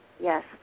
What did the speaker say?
yes